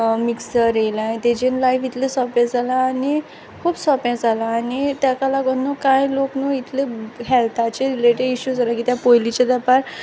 mixer येलाय तेजेर life इतलें सोंपें जालां आनी खूब सोंपें जालां आनी तेका लागोन न्हू कांय लोक न्हू इतले हेल्थाचेर रिलेटीड इश्यू जाल्याय कित्या पोयलींचे तेंपार